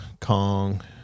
Kong